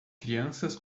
crianças